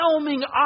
overwhelming